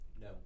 No